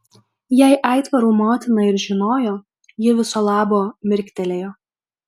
jei aitvarų motina ir žinojo ji viso labo mirktelėjo